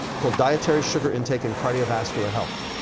called dietary sugar intake and cardiovascular health.